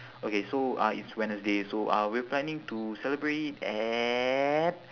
okay so uh it's wednesday so uh we're planning to celebrate it at